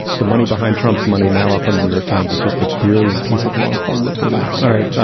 the money behind trump's money now up on the new york times is just a brilliant piece of longform reporting all right.